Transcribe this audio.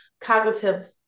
cognitive